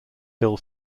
hill